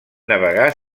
navegar